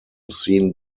seen